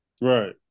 Right